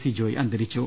C Joy അന്തരിച്ചു